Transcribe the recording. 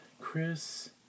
Chris